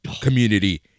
community